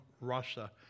Russia